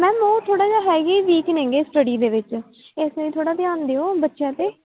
ma'am ਉਹ ਥੋੜ੍ਹਾ ਜਿਹਾ ਹੈਗੇ ਵੀਕ ਨੇਗੇ ਸਟਡੀ ਦੇ ਵਿੱਚ ਇਸ ਲਈ ਥੋੜ੍ਹਾ ਧਿਆਨ ਦਿਓ ਬੱਚਿਆਂ 'ਤੇ